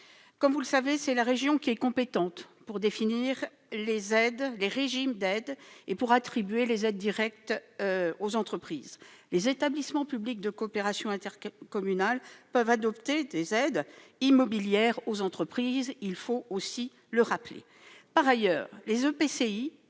Comme vous le savez, c'est la région qui est compétente pour définir les aides, les régimes qui leur sont applicables, et pour attribuer les aides directes aux entreprises. Les établissements publics de coopération intercommunale peuvent adopter des dispositifs d'aide immobilière aux entreprises, il faut aussi le rappeler. Par ailleurs, les EPCI